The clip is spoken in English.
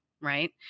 Right